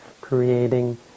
creating